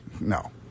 No